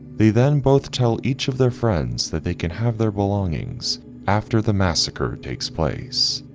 they then both tell each of their friends that they can have their belongings after the massacre takes place.